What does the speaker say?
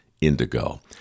indigo